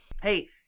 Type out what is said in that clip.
Hey